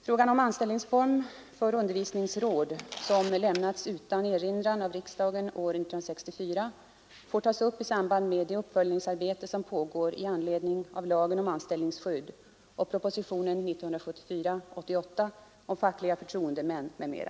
Frågan om anställningsform för undervisningsråd, som lämnats utan erinran av riksdagen år 1964, får tas upp i samband med det uppföljningsarbete som pågår i anledning av lagen om anställningsskydd och propositionen 1974:88 om fackliga förtroendemän m.m.